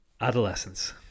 Adolescence